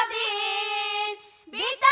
a b